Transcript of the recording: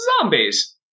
Zombies